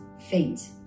faint